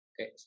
Okay